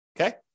Okay